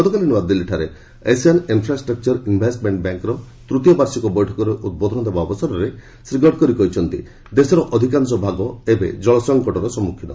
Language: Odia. ଗତକାଲି ନୂଆଦିଲ୍ଲୀଠାରେ ଏସିଆନ୍ ଇନ୍ଫ୍ରାଷ୍ଟ୍ରକ୍ଚର ଇନ୍ଭେଷ୍ଟମେଣ୍ଟ୍ ବ୍ୟାଙ୍କର ତୃତୀୟ ବାର୍ଷିକ ବୈଠକରେ ଉଦ୍ବୋଧନ ଦେବା ଅବସରରେ ଶ୍ରୀ ଗଡକରୀ କହିଛନ୍ତି ଦେଶର ଅଧିକାଂଶ ଭାଗ ଏବେ ଜଳ ସଂକଟ ସମ୍ମୁଖୀନ